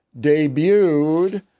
debuted